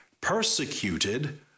persecuted